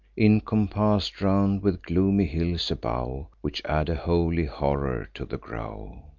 incompass'd round with gloomy hills above, which add a holy horror to the grove.